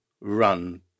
run